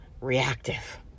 reactive